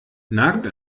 nagt